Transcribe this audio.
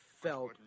felt